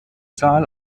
zahl